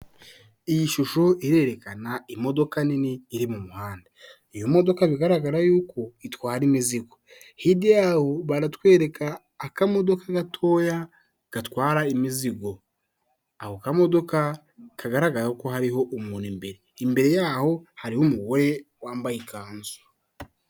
Iyi shusho irerekana imodoka nini iri mu muhanda, iyo modoka bigaragara yuko itwara imizigo, hirya yaho baratwereka akamodoka gatoya gatwara imizigo, ako kamodoka kagaragara ko hariho umuntu imbere, imbere yaho hariho umugore wambaye ikanzu.